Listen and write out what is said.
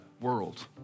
world